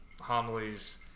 homilies